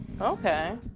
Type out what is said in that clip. Okay